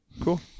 cool